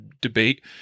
debate